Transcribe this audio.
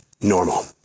normal